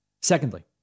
Secondly